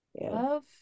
love